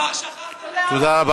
כבר שכחת את אוסלו,